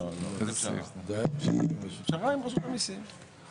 (6)אחרי סעיף 49כה יבוא: "שווי הרכישה של יזם ממשיך במכירה שהתקיימה